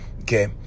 okay